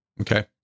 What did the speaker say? Okay